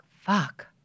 fuck